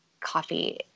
coffee